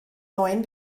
neun